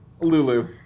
Lulu